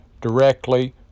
directly